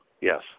Yes